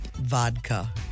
Vodka